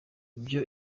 ibyo